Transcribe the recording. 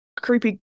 creepy